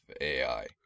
AI